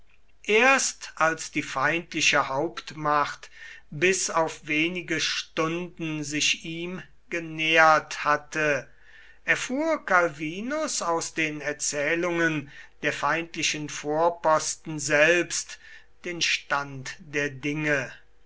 erst als die feindliche hauptmacht bis auf wenige stunden sich ihm genähert hatte erfuhr calvinus aus den erzählungen der feindlichen vorposten selbst den stand der dinge